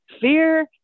Fear